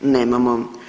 Nemamo.